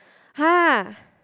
[huh]